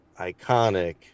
iconic